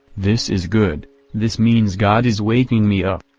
this is good this means god is waking me up.